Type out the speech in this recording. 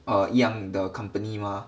err 一样的 company mah